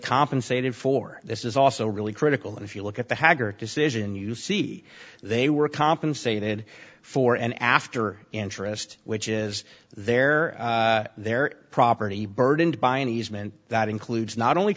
compensated for this is also really critical and if you look at the haggard decision you see they were compensated for and after interest which is their their property burdened by an easement that includes not only